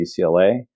UCLA